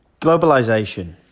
Globalisation